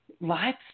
life